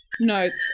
Notes